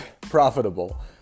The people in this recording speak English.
profitable